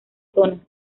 zona